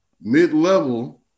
mid-level